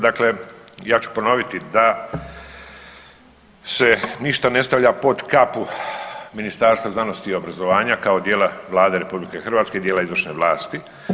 Dakle, ja ću ponoviti da se ništa ne stavlja pod kapu Ministarstva znanosti i obrazovanja kao djela Vlade RH i djela izvršne vlasti.